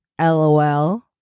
LOL